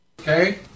Okay